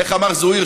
איך אמר זוהיר?